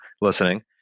listening